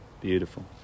beautiful